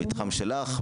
במתחם שלך,